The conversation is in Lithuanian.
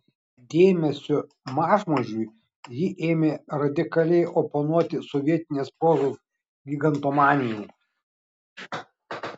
dėmesiu mažmožiui ji ėmė radikaliai oponuoti sovietinės prozos gigantomanijai